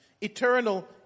eternal